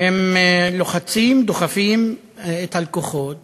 הם לוחצים, דוחפים את הלקוחות